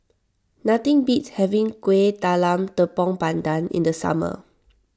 nothing beats having Kuih Talam Tepong Pandan in the summer